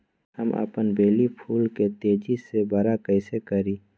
हम अपन बेली फुल के तेज़ी से बरा कईसे करी?